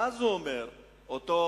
ואז, אומר פלג,